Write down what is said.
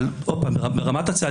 אבל עוד פעם ברמת הצעדים,